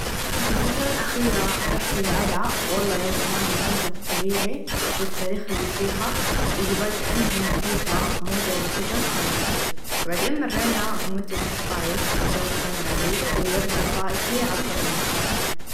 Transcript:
في الفتره الأخيره رحت العلاء و الله ياچمال المنظر الطبيعي و التاريخ الي فيها الچبال كإنها منحوته موقع الحچر خيالي بعدين مرينا بمنتزه الطايف الچو كان عليل و الورد الطائفي عطر المكان.